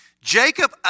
Jacob